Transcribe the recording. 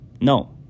No